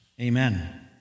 Amen